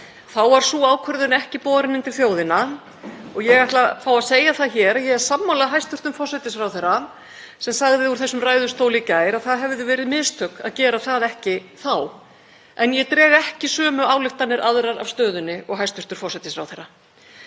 Þá var sú ákvörðun ekki borin undir þjóðina og ég ætla að fá að segja það hér að ég er sammála hæstv. forsætisráðherra sem sagði úr þessum ræðustóli í gær að það hefðu verið mistök að gera það ekki þá. En ég dreg ekki sömu ályktanir aðrar af stöðunni og hæstv. forsætisráðherra.